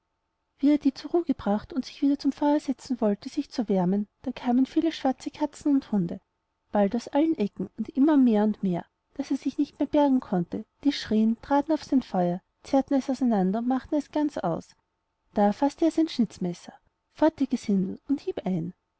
er die zur ruh gebracht und sich wieder zum feuer setzen wollte und sich wärmen da kamen viele schwarz katzen und hunde bald aus allen ecken und immer mehr und mehr daß er sich nicht mehr bergen konnte die schrien traten ihm auf sein feuer zerrten es auseinander und machten es ganz aus da faßte er sein schnitzmesser fort ihr gesindel und hieb ein